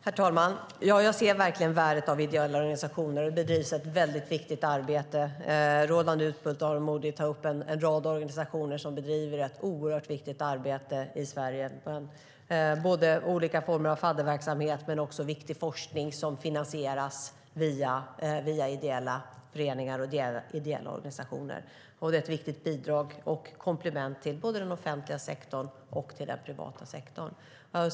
Herr talman! Ja, jag ser verkligen värdet av ideella organisationer. Det bedrivs ett väldigt viktigt arbete. Roland Utbult och Aron Modig tar upp en rad organisationer som bedriver ett oerhört viktigt arbete i Sverige. Det handlar om olika former av fadderverksamhet men också om viktig forskning som finansieras via ideella föreningar och ideella organisationer. Det är ett viktigt bidrag och komplement till både den offentliga sektorn och den privata sektorn.